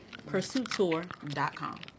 PursuitTour.com